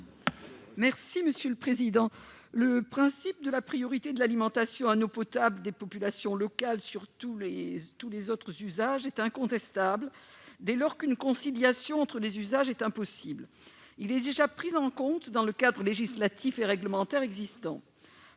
n° 668 rectifié. Le principe de la priorité de l'alimentation en eau potable des populations locales sur tous les autres usages est incontestable dès lors qu'une conciliation entre les usages est impossible. Il est déjà pris en compte dans le cadre législatif et réglementaire existant.